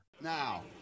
now